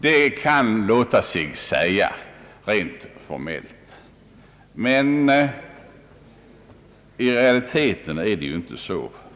Det kan låta sig sägas rent formellt, men i realiteten är det inte så.